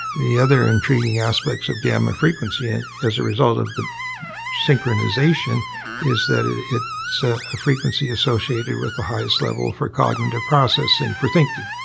the other intriguing aspects of gamma frequency and as a result of the synchronization is that ah it's so a frequency associated with the highest level for cognitive processing for thinking,